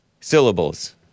syllables